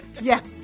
Yes